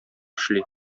эшли